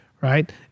right